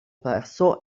perso